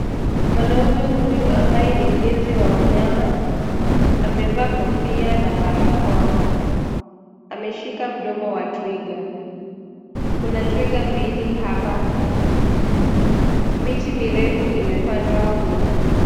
Mwanaume huyu ambaye ni mlinzi wa wanyama, amevaa kofia na barakoa. Ameshika mdomo wa twiga. Kuna twiga mbili hapa. Miti mirefu imepandwa humu.